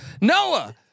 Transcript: Noah